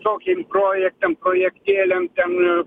tokiem projektam projektėliam ten ir